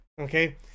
okay